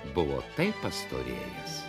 buvo taip pastorėjęs